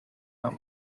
out